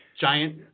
giant